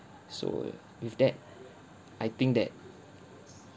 so uh with that I think that